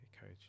coach